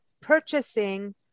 purchasing